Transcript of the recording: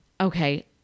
Okay